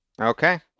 Okay